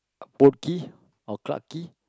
Boat Quay or Clarke Quay